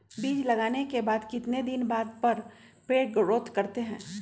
बीज लगाने के बाद कितने दिन बाद पर पेड़ ग्रोथ करते हैं?